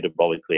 metabolically